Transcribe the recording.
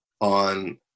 on